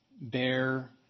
Bear